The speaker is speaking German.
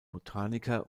botaniker